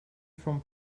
from